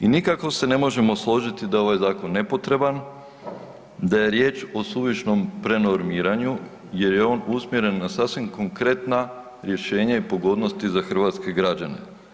I nikako se ne možemo složiti da je ovaj zakon nepotreban, da je riječ o suvišnom prenormiranju jer je on usmjeren na sasvim konkretna rješenja i pogodnosti za hrvatske građane.